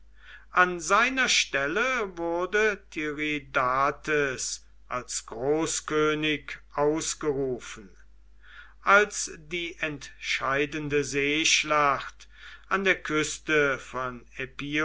an seiner stelle wurde tiridates als großkönig ausgerufen als die entscheidende seeschlacht an der küste von